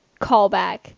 callback